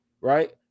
right